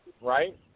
right